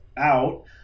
out